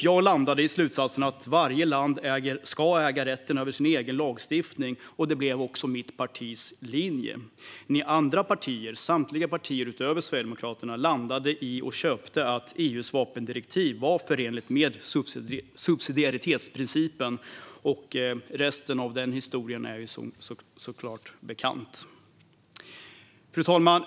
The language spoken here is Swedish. Jag landade i slutsatsen att varje land ska äga rätten över sin egen lagstiftning, och det blev också mitt partis linje. Andra partier - samtliga partier utöver Sverigedemokraterna - landade i och köpte att EU:s vapendirektiv var förenligt med subsidiaritetsprincipen, och resten av historien är såklart bekant. Fru talman!